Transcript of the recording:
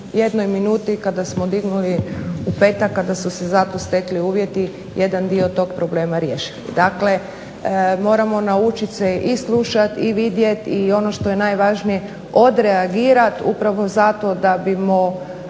jednoj minuti kada smo dignuli u petak kada su se za to stekli uvjeti jedan dio tog problema riješili. Dakle, moramo se naučiti i slušati i vidjeti i ono što je najvažnije odreagirat upravo zato da bimo